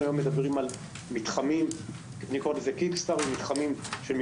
אנחנו מדברים על מתחמים של מגרשים,